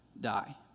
die